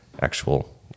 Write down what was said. actual